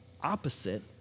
opposite